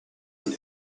and